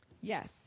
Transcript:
Yes